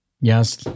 Yes